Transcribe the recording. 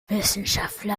wissenschaftler